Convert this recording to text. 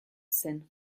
zen